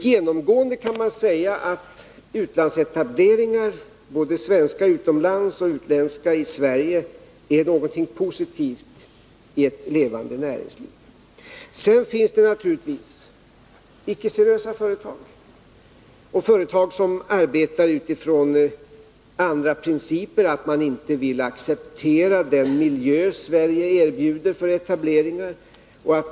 Genomgående kan man säga att utlandsetableringar, både svenska utomlands och utländska i Sverige, är något positivt i ett levande näringsliv. Sedan finns det naturligtvis icke-seriösa företag och företag som arbetar utifrån andra principer. De vill inte acceptera den miljö Sverige erbjuder för etableringar.